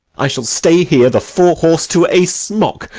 i shall stay here the forehorse to a smock,